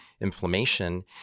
inflammation